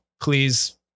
please